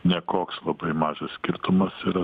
ne koks labai mažas skirtumas yra